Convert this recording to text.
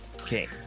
Okay